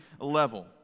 level